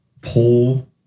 pull